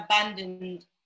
abandoned